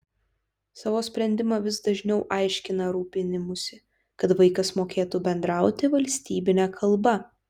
savo sprendimą vis dažniau aiškina rūpinimųsi kad vaikas mokėtų bendrauti valstybine kalba